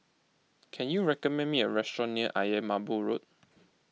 can you recommend me a restaurant near Ayer Merbau Road